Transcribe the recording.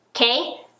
okay